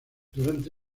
durante